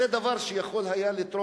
אני קודם כול רוצה להודות